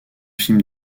films